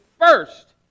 first